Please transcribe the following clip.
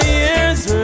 years